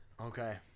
Okay